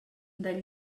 del